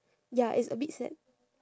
ya it's a bit sad